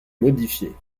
modifiée